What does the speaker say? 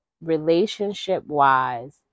relationship-wise